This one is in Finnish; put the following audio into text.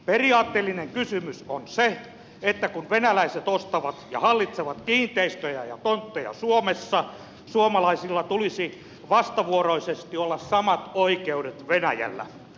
periaatteellinen kysymys on se että kun venäläiset ostavat ja hallitsevat kiinteistöjä ja tontteja suomessa suomalaisilla tulisi vastavuoroisesti olla samat oikeudet venäjällä